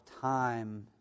time